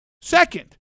Second